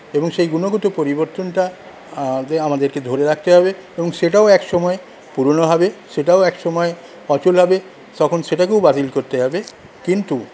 এবং সেই গুণগত পরিবর্তনটা আমাদেরকে ধরে রাখতে হবে এবং সেটাও এক সময় পুরোনো হবে সেটাও এক সময় অচল হবে তখন সেটাকেও বাতিল করতে হবে কিন্তু